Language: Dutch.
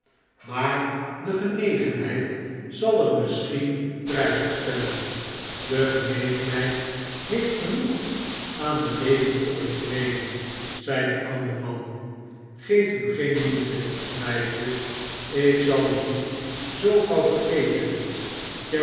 maar de genegenheid zal er misschien prijs op stellen de genegenheid heeft genoeg aan de levende origineelen zei de oude man geeft u geen moeite meisjes ik zal u niet zoo gauw vergeten